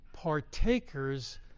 partakers